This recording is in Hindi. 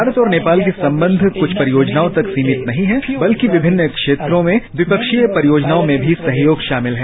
भारत और नेपाल के संबंध कुछ परियोजनाओं तक सीमित नहीं है बल्कि विभिन्न क्षेत्रों में द्विपक्षीय परियोजनाओं में भी सहयोग शामिल है